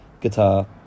guitar